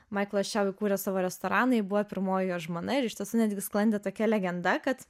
maiklas čiau įkūrė savo restoraną ji buvo pirmoji jo žmona ir iš tiesų netgi sklandė tokia legenda kad